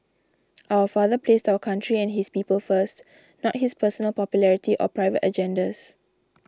our father placed our country and his people first not his personal popularity or private agendas